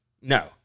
No